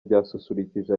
ryasusurukije